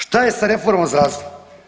Što je sa reformom zdravstva?